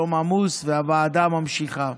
היום עמוס והוועדה ממשיכה.